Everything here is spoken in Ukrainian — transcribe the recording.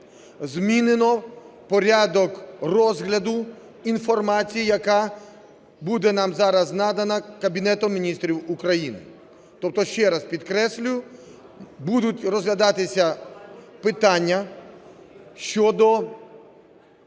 змінено порядок розгляду інформації, яка буде нам зараз надана Кабінетом Міністрів України. Тобто ще раз підкреслюю, будуть розглядатися питання щодо